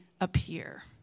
appear